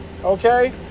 okay